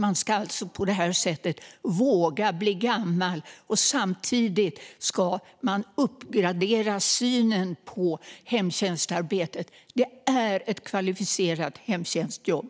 På det här sättet ska människor våga bli gamla, och på det här sättet ska man uppgradera synen på hemtjänstarbetet. Det är ett kvalificerat jobb.